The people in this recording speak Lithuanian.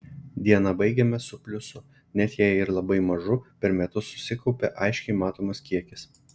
dieną baigiame su pliusu net jei ir labai mažu per metus susikaupia aiškiai matomas kiekis